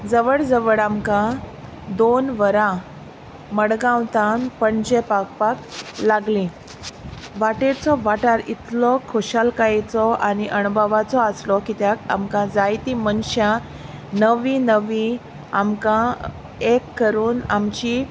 जवळ जवळ आमकां दोन वरां मडगांव थावन पणजे पावपाक लागलीं वाटेरचो वाठार इतलो खुशालकायेचो आनी अणभवाचो आसलो कित्याक आमकां जायतीं मनशां नवीं नवीं आमकां एक करून आमची